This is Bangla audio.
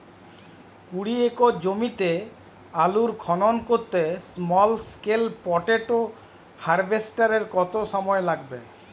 কুড়ি একর জমিতে আলুর খনন করতে স্মল স্কেল পটেটো হারভেস্টারের কত সময় লাগবে?